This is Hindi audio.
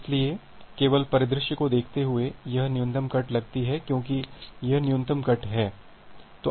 इसलिए केवल परिदृश्य को देखते हुए यह न्यूनतम कट लगती है क्योंकि यह न्यूनतम कट है